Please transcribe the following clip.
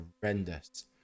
horrendous